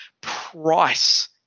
price